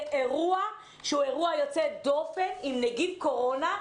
זה אירוע יוצא דופן, עם נגיף קורונה.